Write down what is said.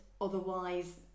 otherwise